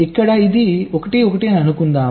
ఇక్కడ ఇది 1 1 అని అనుకుందాం